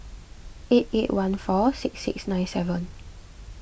eight eight one four six six nine seven